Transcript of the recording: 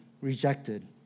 rejected